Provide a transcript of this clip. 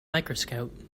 microscope